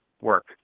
work